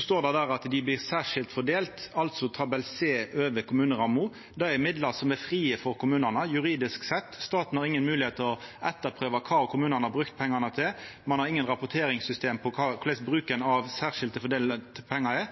står det at dei blir særskilt fordelte, altså tabell c over kommuneramma. Det er midlar som er frie for kommunane, juridisk sett. Staten har inga moglegheit til å etterprøva kva kommunane har brukt pengane til. Ein har ikkje noko rapporteringssystem for korleis bruken av særskilt fordelte pengar er.